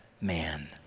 man